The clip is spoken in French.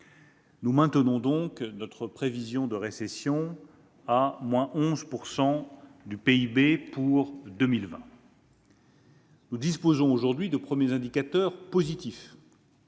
Nous maintenons donc notre prévision de récession de moins 11 % du PIB pour 2020. Nous disposons aujourd'hui de premiers indicateurs positifs,